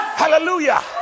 Hallelujah